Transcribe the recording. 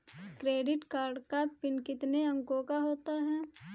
Credit card का PIN कितने अंकों का होता है?